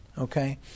okay